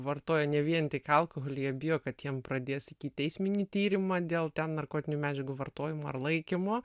vartoja ne vien tik alkoholį jie bijo kad jiem pradės ikiteisminį tyrimą dėl ten narkotinių medžiagų vartojimo ar laikymo